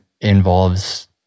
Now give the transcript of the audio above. involves